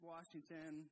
Washington